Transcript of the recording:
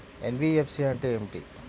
NBFC అంటే ఏమిటి?